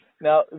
Now